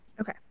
Okay